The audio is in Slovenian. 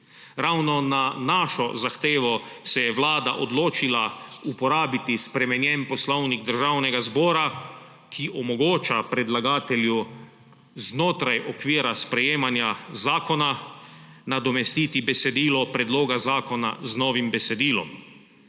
Ravno na našo zahtevo se je Vlada odločila uporabiti spremenjeni Poslovnik Državnega zbora, ki omogoča predlagatelju znotraj okvira sprejemanja zakona nadomestiti besedilo predloga zakona z novim besedilom.